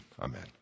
amen